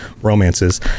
romances